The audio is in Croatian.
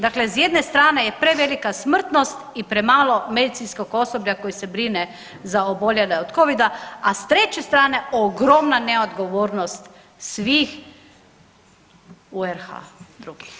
Dakle s jedne strane je prevelika smrtnost i premalo medicinskog osoblja koje se brine za oboljele od Covida, a s treće strane, ogromna neodgovornost svih u RH drugih.